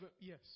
Yes